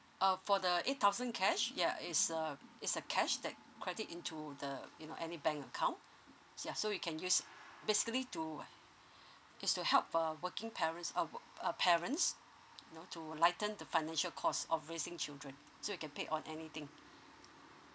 uh for the eight thousand cash ya it's a it's a cash that credit into the you know any bank account ya so you can use basically to is to help uh working parents or work uh parents you know to lighten the financial cost of raising children so you can pay on anything